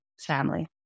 family